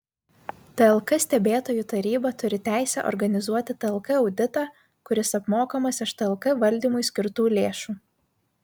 tlk stebėtojų taryba turi teisę organizuoti tlk auditą kuris apmokamas iš tlk valdymui skirtų lėšų